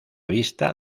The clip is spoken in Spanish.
vista